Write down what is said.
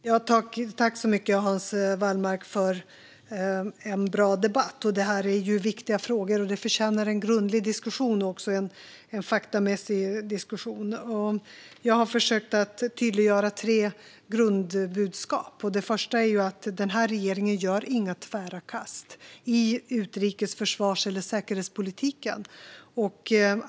Fru talman! Tack, Hans Wallmark, för en bra debatt! Detta är ju viktiga frågor, och de förtjänar en grundlig och faktamässig diskussion. Jag har försökt tydliggöra tre grundbudskap. Det första är att den här regeringen inte gör några tvära kast i utrikes, försvars eller säkerhetspolitiken.